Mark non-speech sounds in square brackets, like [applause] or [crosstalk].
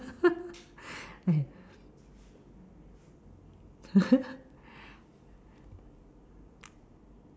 [laughs]